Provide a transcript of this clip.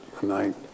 tonight